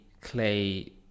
clay